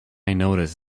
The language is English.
noticed